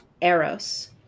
Eros